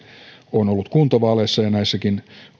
on ollut kuntavaaleissa ja näissäkin